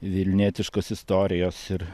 vilnietiškos istorijos ir